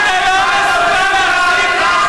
אתה לא מסוגל להחזיק,